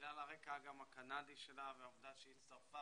בגלל הרקע הקנדי שלה והעובדה שהיא הצטרפה